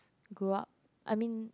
grow up I mean